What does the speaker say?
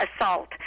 assault